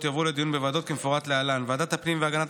יועברו לדיון בוועדות כמפורט להלן: ועדת הפנים והגנת